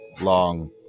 long